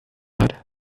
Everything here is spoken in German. hat